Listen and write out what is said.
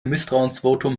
misstrauensvotum